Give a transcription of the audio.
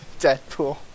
Deadpool